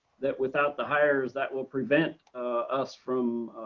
that without the hires, that will prevent us from,